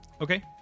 okay